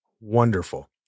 Wonderful